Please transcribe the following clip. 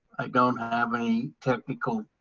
i don't have any technical,